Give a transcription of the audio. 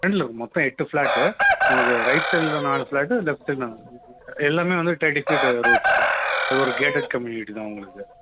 ஃப்ரெண்டில் இருக்கும் மொத்தம் எட்டு ஃப்ளாட்டு உங்களுக்கு ரைட் சைடில் நாலு ஃப்ளாட்டு லெஃப்ட் சைடில் நாலு ஃப்ளாட்டு எல்லாமே வந்து தேர்ட்டி ஃபீட்டு ரூட்ஸு அது ஒரு கேட்டட் கம்யூனிட்டி தான் உங்களுக்கு